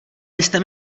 byste